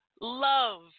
love